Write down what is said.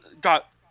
got